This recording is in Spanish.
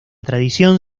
tradición